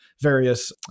various